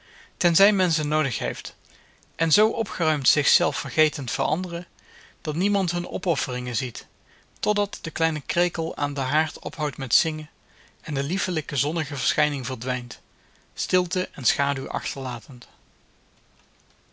tenzij men ze noodig heeft en zoo opgeruimd zich zelf vergetend voor anderen dat niemand hun opofferingen ziet totdat de kleine krekel aan den haard ophoudt met zingen en de liefelijke zonnige verschijning verdwijnt stilte en schaduw achterlatend